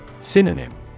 Synonym